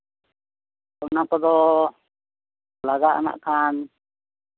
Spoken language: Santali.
ᱚᱱᱟ ᱠᱚᱫᱚ ᱞᱟᱜᱟᱜᱼᱟ ᱱᱟᱜᱠᱷᱟᱱ